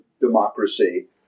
democracy